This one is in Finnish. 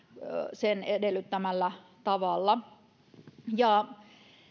sen edellyttämällä tavalla